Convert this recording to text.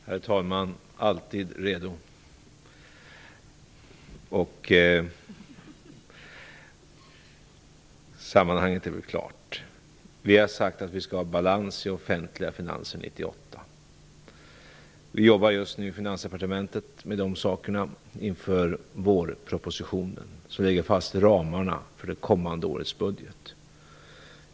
Herr talman! Alltid redo. Sammanhanget är väl klart. Vi har sagt att vi skall ha balans i de offentliga finanserna 1998. Vi jobbar just nu i Finansdepartementet med dessa saker inför vårpropositionen som lägger fast ramarna för det kommande årets budget.